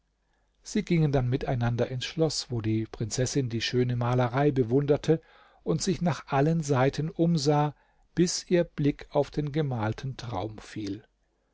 sie gingen dann miteinander ins schloß wo die prinzessin die schöne malerei bewunderte und sich nach allen seiten umsah bis ihr blick auf den gemalten traum fiel